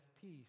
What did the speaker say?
peace